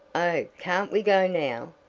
oh, can't we go now?